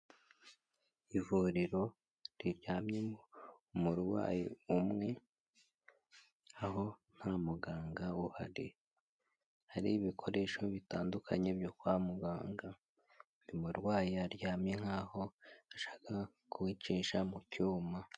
Ivuriro riryamyemo umurwayi umwe aho nta muganga uhari, hari ibikoresho bitandukanye byo kwa muganga, uyu murwayi aryamye nkaho bashaka kumucisha mu cyuma.